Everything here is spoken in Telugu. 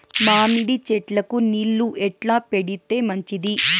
మామిడి చెట్లకు నీళ్లు ఎట్లా పెడితే మంచిది?